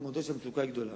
אני מודה שהמצוקה גדולה.